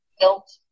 built